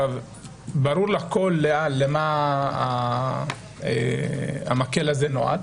ברור לכל למה המקל הזה נועד,